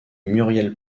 muriel